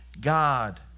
God